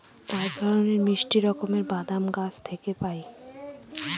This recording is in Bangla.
এক ধরনের মিষ্টি রকমের বাদাম গাছ থেকে পায়